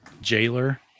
Jailer